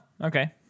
okay